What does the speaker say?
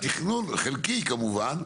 התכנון, חלקי כמובן,